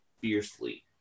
fiercely